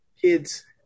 kids